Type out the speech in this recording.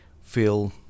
feel